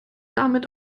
damit